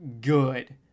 good